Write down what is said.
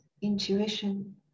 Intuition